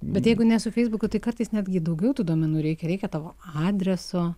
bet jeigu ne su feisbuku tai kartais netgi daugiau tų duomenų reikia reikia tavo adreso